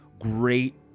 great